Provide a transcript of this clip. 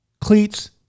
Cleats